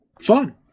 fun